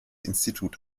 institut